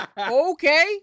Okay